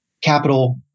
capital